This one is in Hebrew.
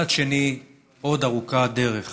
מצד שני, עוד ארוכה הדרך